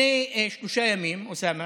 לפני שלושה ימים, אוסאמה,